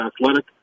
athletic